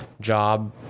job